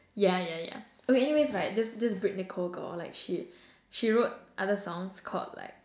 ya ya ya okay anyways right this this britt-nicole girl like she she wrote other songs called like